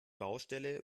baustelle